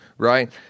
Right